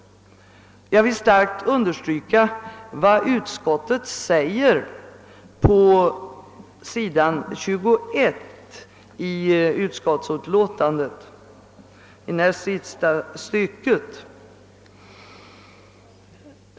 Jag vill starkt understryka vad utskottet säger i näst sista stycket på s. 21 i utskottsutlåtandet.